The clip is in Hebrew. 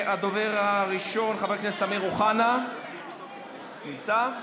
הדובר הראשון, חבר הכנסת אמיר אוחנה, נמצא?